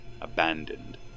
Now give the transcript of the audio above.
abandoned